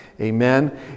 Amen